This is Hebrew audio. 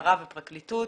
משטרה ופרקליטות,